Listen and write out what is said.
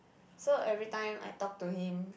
so everytime I talk to him